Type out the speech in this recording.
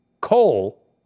coal